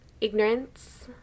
ignorance